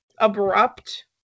Abrupt